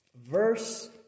verse